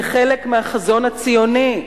כחלק מהחזון הציוני,